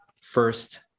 first